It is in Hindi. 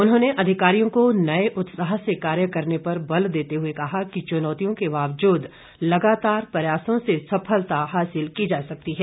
उन्होंने अधिकारियों को नए उत्साह से कार्य करने पर बल देते हुए कहा कि चुनौतियों को बावजूद लगातार प्रयासों से सफलता हासिल की जा सकती है